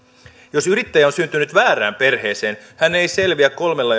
jos yrittäjä on syntynyt väärään perheeseen hän ei selviä kolmella